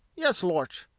yes, lort,